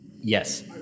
Yes